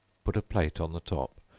put a plate on the top,